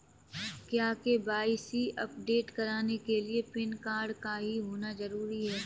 क्या KYC update कराने के लिए पैन कार्ड का ही होना जरूरी है?